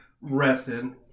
rested